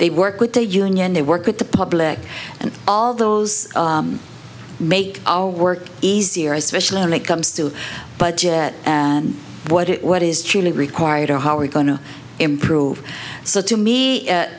they work with a union they work with the public and all those make our work easier especially when it comes to budget and what it what is truly required or how are we going to improve so to me